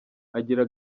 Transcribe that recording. agira